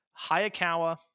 Hayakawa